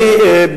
אני,